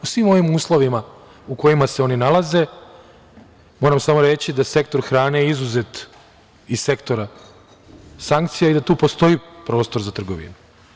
U svim ovim uslovima u kojima se oni nalaze, moram samo reći da sektor hrane je izuzet iz sektora sankcija i da tu postoji prostor za trgovinu.